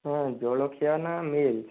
ଜଳଖିଆ ନା ମିଲ